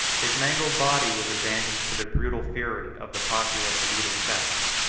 his mangled body was abandoned to the brutal fury of the populace of either sex,